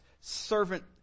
servant